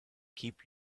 keep